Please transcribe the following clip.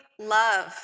love